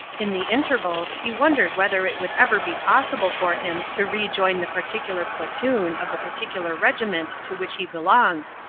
in the intervals he wondered whether it would ever be possible for him to rejoin the particular platoon of the particular regiment to which he belonged,